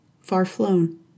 far-flown